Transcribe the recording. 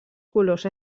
colors